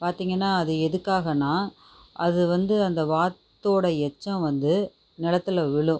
பார்த்திங்கன்னா அது எதுக்காகனா அது வந்து அந்த வாத்து உடைய எச்சம் வந்து நிலத்தில் விழும்